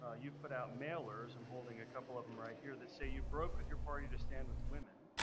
ah you've put out mailers, i'm holding a couple of them right here that say you broke with your party to stand with women,